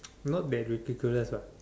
not that ridiculous lah